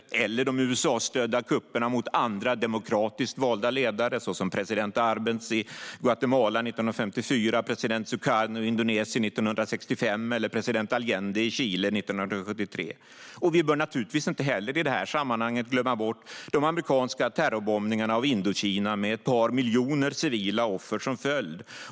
Detsamma gäller de USA-stödda kupperna mot andra demokratiskt valda ledare såsom president Arbenz i Guatemala 1954, president Sukarno i Indonesien 1965 och president Allende i Chile 1973. I detta sammanhang bör vi naturligtvis inte heller glömma bort de amerikanska terrorbombningarna av Indokina, med ett par miljoner civila offer som följd.